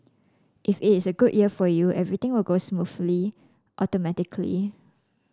if it is a good year for you everything will go smoothly automatically